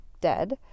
dead